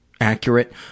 accurate